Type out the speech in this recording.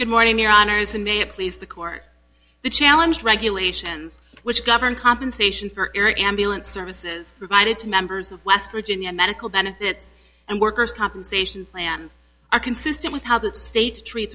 good morning your honor may it please the court to challenge regulations which govern compensation for air ambulance services provided to members of west virginia medical benefits and workers compensation plans are consistent with how that state tre